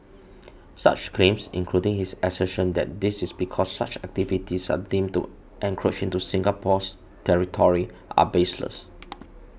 such claims including his assertion that this is because such activities are deemed to encroach into Singapore's territory are baseless